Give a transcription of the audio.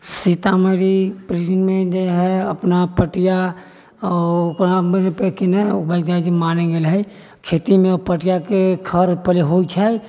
सीतामढ़ी जे हइ अपना पटिआ आ गेल हइ खेतीमे ओ पटिआके खढ़ पहिले होइत छै